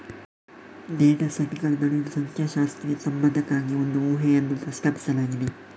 data ಸೆಟ್ಗಳ ನಡುವಿನ ಸಂಖ್ಯಾಶಾಸ್ತ್ರೀಯ ಸಂಬಂಧಕ್ಕಾಗಿ ಒಂದು ಊಹೆಯನ್ನು ಪ್ರಸ್ತಾಪಿಸಲಾಗಿದೆ